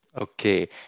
Okay